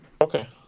okay